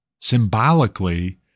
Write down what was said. symbolically